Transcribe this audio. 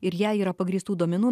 ir jei yra pagrįstų duomenų